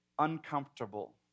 uncomfortable